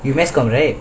you mass comm right